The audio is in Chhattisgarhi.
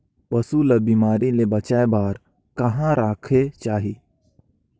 पशु ला बिमारी ले बचाय बार कहा रखे चाही?